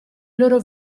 loro